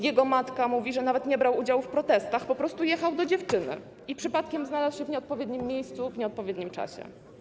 Jego matka mówi, że nawet nie brał udziału w protestach, po prostu jechał do dziewczyny i przypadkiem znalazł się w nieodpowiednim miejscu w nieodpowiednim czasie.